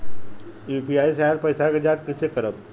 UPI से आइल पईसा के जाँच कइसे करब?